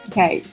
Okay